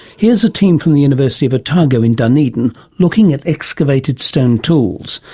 here's a team from the university of otago in dunedin looking at excavated stone tools,